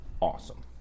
awesome